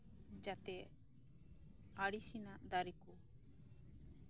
ᱡᱟᱛᱮ ᱟᱲᱮ ᱥᱮᱱᱟᱜ ᱫᱟᱨᱮ ᱠᱚ